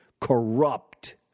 corrupt